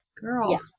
Girl